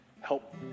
Help